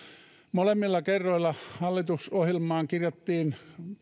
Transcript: molemmilla kerroilla hallitusohjelmaan kirjattiin